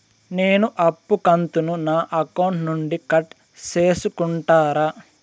నేను అప్పు కంతును నా అకౌంట్ నుండి కట్ సేసుకుంటారా?